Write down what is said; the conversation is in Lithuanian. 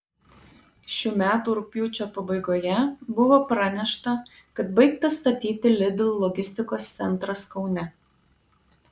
šių metų rugpjūčio pabaigoje buvo pranešta kad baigtas statyti lidl logistikos centras kaune